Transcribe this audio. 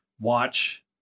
watch